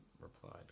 replied